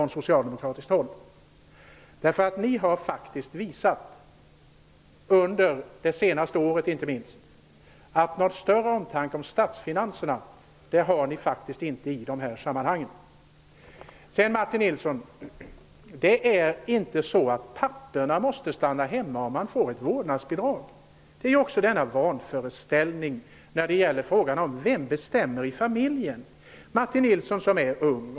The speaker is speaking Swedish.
Ni har visat, inte minst under det senaste året, att ni inte har någon större omtanke om statsfinanserna. Det är inte så, Martin Nilsson, att papporna måste stanna hemma om de får vårdnadsbidrag. Det är en vanföreställning i frågan om vem som bestämmer i familjen. Martin Nilsson är ju ung.